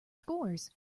scores